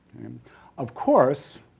of course,